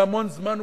והמון זמן,